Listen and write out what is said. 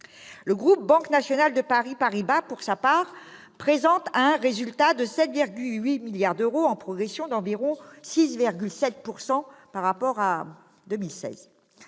Le groupe Banque nationale de Paris-Paribas, pour sa part, présente un résultat de 7,8 milliards d'euros, en progression d'environ 6,7 % par rapport à 2016.